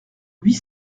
huit